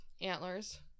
antlers